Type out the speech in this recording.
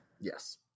Yes